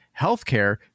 healthcare